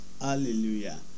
Hallelujah